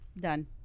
done